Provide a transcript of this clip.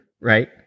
right